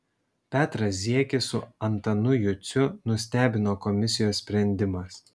petrą ziekį su antanu juciu nustebino komisijos sprendimas